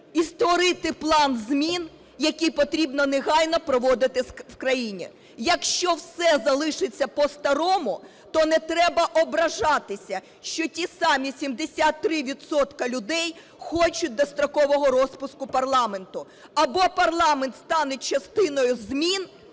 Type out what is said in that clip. і створити план змін, які потрібно негайно проводити в країні. Якщо все залишиться по-старому, то не треба ображатися, що ті самі 73 відсотка людей хочуть дострокового розпуску парламенту. Або парламент стане частиною змін